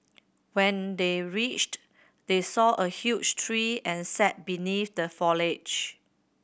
when they reached they saw a huge tree and sat beneath the foliage